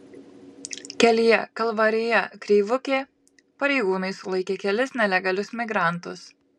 kelyje kalvarija kreivukė pareigūnai sulaikė kelis nelegalius migrantus